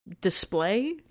display